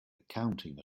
accounting